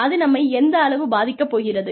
அது நம்மை எந்த அளவு பாதிக்கப் போகிறது